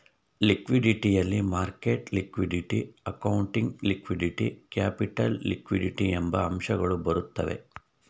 liquidity ಯಲ್ಲಿ market liquidity, accounting liquidity, capital liquidity ಎಂಬ ಅಂಶಗಳು ಬರುತ್ತವೆ